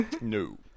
No